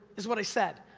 is what i said.